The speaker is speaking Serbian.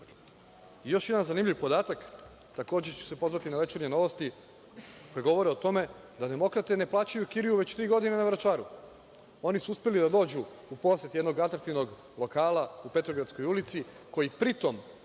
jedan zanimljiv podatak, takođe ću se pozvati na „Večernje novosti“ koje govore o tome da demokrate ne plaćaju kiriju već tri godine na Vračaru. Oni su uspeli da dođu u posed jednog atraktivnog lokala u Petrogradskoj ulici, koji pritom